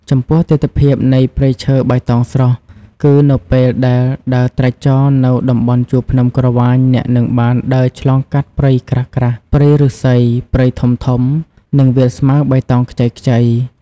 ចំពោះទិដ្ឋភាពនៃព្រៃឈើបៃតងស្រស់ គឺនៅពេលដែលដើរត្រាច់ចរណ៍នៅតំបន់ជួរភ្នំក្រវាញអ្នកនឹងបានដើរឆ្លងកាត់ព្រៃក្រាស់ៗ ព្រៃឫស្សី ព្រៃធំៗ និងវាលស្មៅបៃតងខ្ចីៗ។